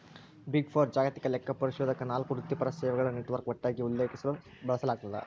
big four ಜಾಗತಿಕ ಲೆಕ್ಕಪರಿಶೋಧಕ ನಾಲ್ಕು ವೃತ್ತಿಪರ ಸೇವೆಗಳ ನೆಟ್ವರ್ಕ್ ಒಟ್ಟಾಗಿ ಉಲ್ಲೇಖಿಸಲು ಬಳಸಲಾಗ್ತದ